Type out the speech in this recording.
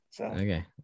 Okay